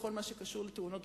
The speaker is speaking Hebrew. בכל מה שקשור לתאונות דרכים.